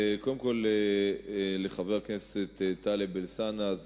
לחבר הכנסת טלב אלסאנע,